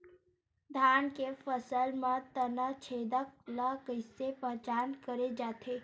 धान के फसल म तना छेदक ल कइसे पहचान करे जाथे?